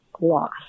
loss